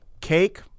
Cake